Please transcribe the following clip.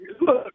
Look